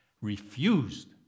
refused